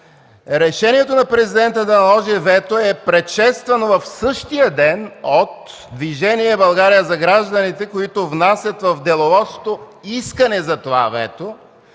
Решението на Президента да наложи вето е предшествано в същия ден от Движение „България за гражданите”, които внасят в Деловодството искане за това вето